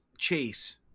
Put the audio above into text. chase